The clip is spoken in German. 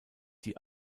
die